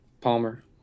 Palmer